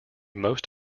most